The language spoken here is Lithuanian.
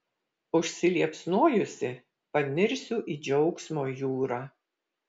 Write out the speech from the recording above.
užsiliepsnojusi panirsiu į džiaugsmo jūrą